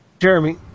Jeremy